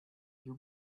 you